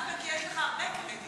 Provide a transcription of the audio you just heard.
דווקא כי יש לך הרבה קרדיט.